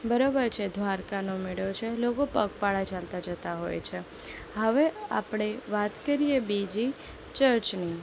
બરોબર છે દ્રારકાનો મેળો છે લોકો પગપાળા ચાલતા જતા હોય છે હવે આપણે વાત કરીએ બીજી ચર્ચની